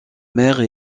mère